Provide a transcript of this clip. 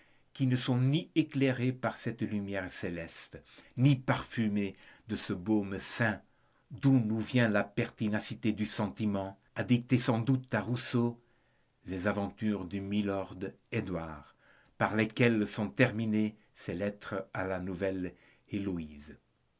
qui ne sont ni éclairées par cette lumière céleste ni parfumées de ce baume saint d'où nous vient la pertinacité du sentiment a dicté sans doute à rousseau les aventures de milord édouard par lesquelles sont terminées les lettres de la nouvelle-héloïse